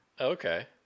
Okay